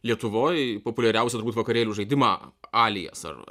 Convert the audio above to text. lietuvoj populiariausias būtų vakarėlių žaidimą alias ar